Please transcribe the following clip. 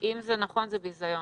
אם זה נכון זה ביזיון.